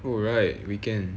oh right weekend